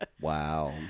Wow